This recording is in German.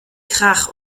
krach